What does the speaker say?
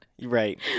Right